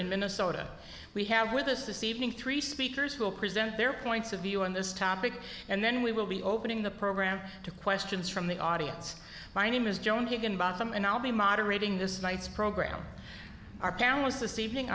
in minnesota we have with us this evening three speakers who will present their points of view on this topic and then we will be opening the program to questions from the audience my name is joan higginbotham and i'll be moderating this night's program are perilous this evening